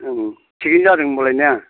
ओं थिगैनो जादों होनबालाय ना